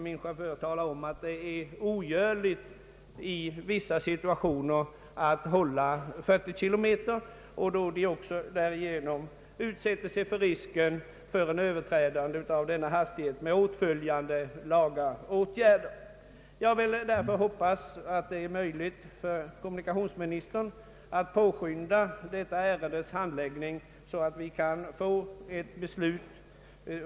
Min chaufför har talat om att det i vissa situationer är ogörligt att hålla 40 km/tim, och då utsätter sig ju föraren för risken att överträda hastighetsbestämmelserna med åtföljande laga åtgärder. Jag vill därför hoppas att det skall vara möjligt för kommunikationsministern att påskynda detta ärendes behandling så att vi kan få ett beslut inom kort.